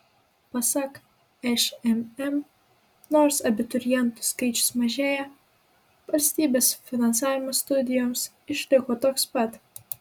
pasak šmm nors abiturientų skaičius mažėja valstybės finansavimas studijoms išliko toks pat